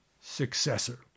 successor